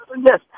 Yes